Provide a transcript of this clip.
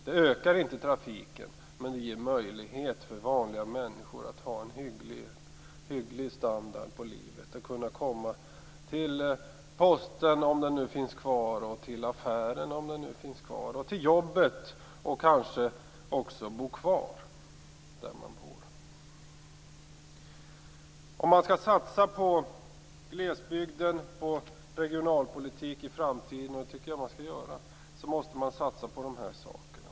Det ökar inte trafiken, men det ger möjlighet för vanliga människor att ha en hygglig levnadsstandard och att kunna ta sig till posten och till affären, om dessa nu finns kvar, och till jobbet. Det ger också en möjlighet att kunna bo kvar där man lever. Om man skall satsa på glesbygden och regionalpolitik i framtiden - vilket jag tycker att man skall göra - måste man satsa på dessa saker.